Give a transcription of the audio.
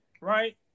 right